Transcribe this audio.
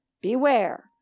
beware